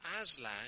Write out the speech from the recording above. Aslan